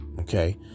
Okay